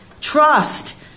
trust